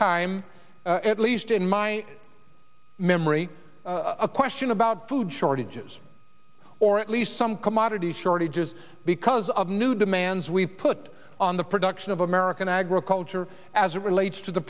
time at least in my memory a question about food shortages or at least some commodity shortages because of new demands we put on the production of american agriculture as it relates to the